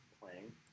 playing